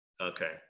okay